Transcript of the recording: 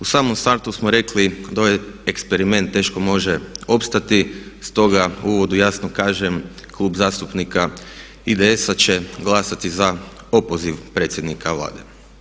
U samom startu smo rekli da ovaj eksperiment teško može opstati, stoga u uvodu jasno kažem Klub zastupnika IDS-a će glasati za opoziv predsjednika Vlade.